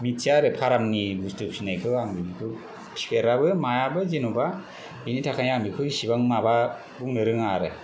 मिन्थिया आरो फारामनि बुस्तु फिसिनायखौ आं बिदिखौ फिसिफेराबो मायाबो जेनेबा बेनि थाखायनो आं एसेबां माबा बुंनो रोङा आरो